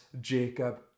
Jacob